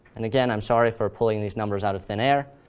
and again, i'm sorry for pulling these numbers out of thin air,